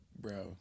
bro